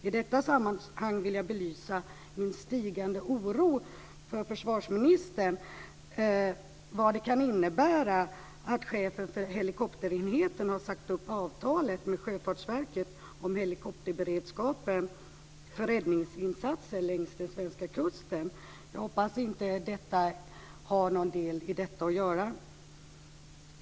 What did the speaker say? I detta sammanhang vill jag för försvarsministern belysa min stigande oro för vad det kan innebära att chefen för helikopterenheten sagt upp avtalet med Sjöfartsverket om helikopterberedskapen för räddningsinsatser längs den svenska kusten. Jag hoppas att det inte har någonting med detta att göra.